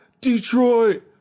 Detroit